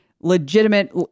legitimate